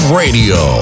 radio